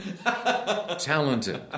Talented